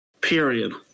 Period